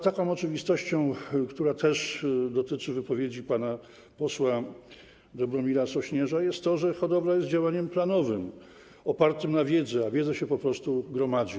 Taką oczywistością, która dotyczy też wypowiedzi pana posła Dobromira Sośnierza, jest to, że hodowla jest działaniem planowym, opartym na wiedzy, a wiedza jest po prostu gromadzona.